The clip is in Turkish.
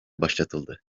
başlatıldı